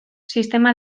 sistema